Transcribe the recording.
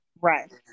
Right